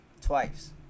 twice